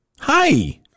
Hi